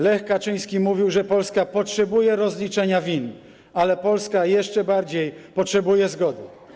Lech Kaczyński mówił, że Polska potrzebuje rozliczenia win, ale Polska jeszcze bardziej potrzebuje zgody.